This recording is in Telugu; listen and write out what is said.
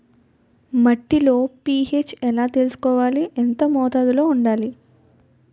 మట్టిలో పీ.హెచ్ ఎలా తెలుసుకోవాలి? ఎంత మోతాదులో వుండాలి?